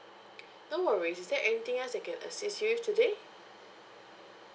don't worry is there anything else I can assist you with today